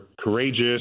courageous